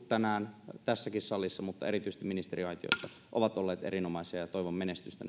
tässäkin salissa mutta erityisesti ministeriaitiosta ovat olleet erinomaisia ja toivon menestystä